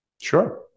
Sure